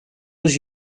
was